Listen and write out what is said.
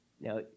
Now